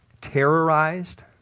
terrorized